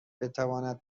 بتواند